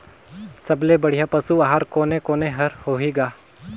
सबले बढ़िया पशु आहार कोने कोने हर होही ग?